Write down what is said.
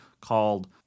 called